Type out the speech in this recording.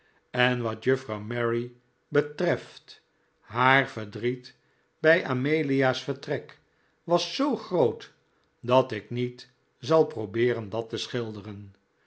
en wat juffrouw mary betreft haar verdriet bij amelia's vertrek was zoo groot dat ik niet zal probeeren dat te s childeren